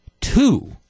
two